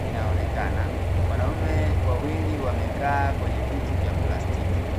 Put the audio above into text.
vinaonekana, wanaume wawili wamekaa kwenye viti vya plastiki.